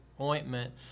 ointment